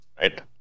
Right